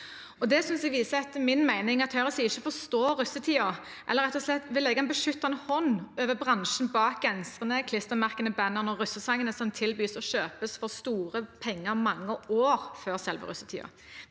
jeg viser at høyresiden ikke forstår russetiden, eller rett og slett vil legge en beskyttende hånd over bransjen bak genserne, klistremerkene, bannerne og russesangene som tilbys og kjøpes for store penger i mange år før selve russetiden.